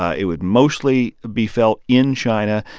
ah it would mostly be felt in china,